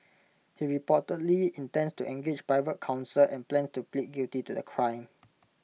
he reportedly intends to engage private counsel and plans to plead guilty to the crime